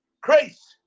grace